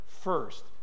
first